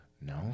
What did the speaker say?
No